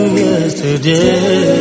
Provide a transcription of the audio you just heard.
yesterday